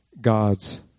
God's